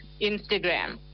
Instagram